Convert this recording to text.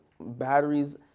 batteries